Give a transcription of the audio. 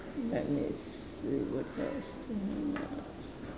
let me see what else then uh